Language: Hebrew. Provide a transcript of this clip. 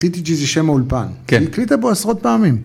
קליטי ג'י זה שם האולפן, היא הקליטה בו עשרות פעמים